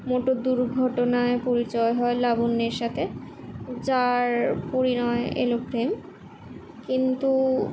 motor দুর্ঘটনায় পরিচয় হয় লাবণ্যের সাতে যার পরিণয় এলো প্রেম কিন্তু